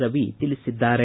ರವಿ ತಿಳಿಸಿದ್ದಾರೆ